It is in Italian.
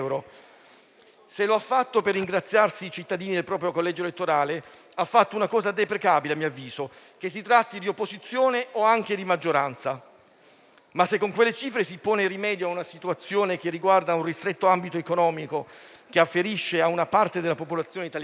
Se lo ha fatto per ingraziarsi i cittadini del proprio collegio elettorale ha fatto una cosa deprecabile a mio avviso, che si tratti di opposizione o anche di maggioranza. Ma, se con quelle cifre si pone rimedio a una situazione che riguarda un ristretto ambito economico che afferisce a una parte della popolazione italiana,